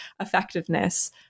effectiveness